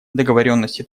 договоренности